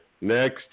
next